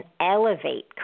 elevate